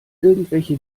irgendwelche